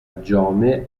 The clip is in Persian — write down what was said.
جامع